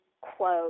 quote